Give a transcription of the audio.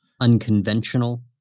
unconventional